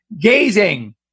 Gazing